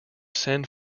send